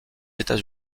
etats